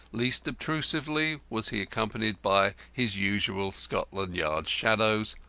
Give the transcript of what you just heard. least obtrusively was he accompanied by his usual scotland yard shadows,